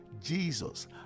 Jesus